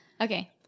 Okay